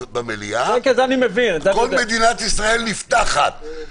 כל מדינת ישראל נפתחת -- את זה אני מבין.